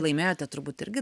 laimėjote turbūt irgi